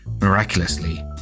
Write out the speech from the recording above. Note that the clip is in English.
Miraculously